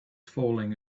falling